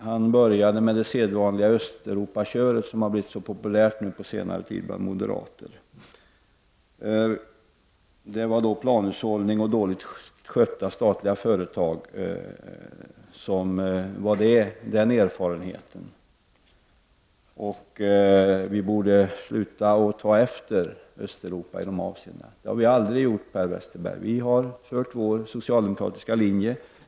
Han började med det sedvanliga Östeuropaköret, som har blivit så populärt på senare tid bland moderaterna. Det var planhushållning och dåligt skötta statliga företag som var erfarenheten därifrån. Vi borde sluta att ta efter Östeuropa i det avseendet, menar Per Westerberg. Det har vi aldrig gjort, Per Westerberg. Vi har fört vår socialdemokratiska linje.